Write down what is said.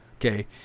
okay